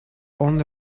only